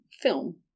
film